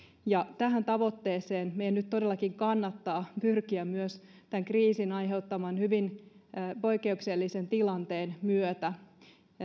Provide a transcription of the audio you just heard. ja tähän tavoitteeseen meidän nyt todellakin kannattaa pyrkiä myös tämän kriisin aiheuttaman hyvin poikkeuksellisen tilanteen myötä